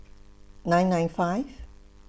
nine nine five